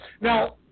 Now